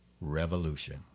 revolution